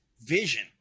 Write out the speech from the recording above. vision